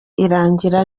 irangira